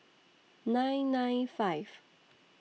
nine nine five